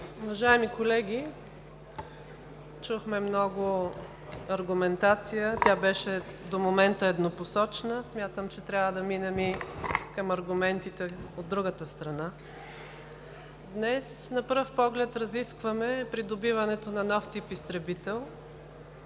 Уважаеми колеги, чухме много аргументация. Тя беше до момента еднопосочна и смятам, че трябва да минем и към аргументите от другата страна. Днес на пръв поглед разискваме придобиването на нов тип изтребител